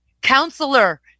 counselor